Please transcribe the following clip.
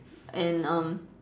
and err